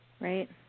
Right